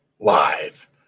live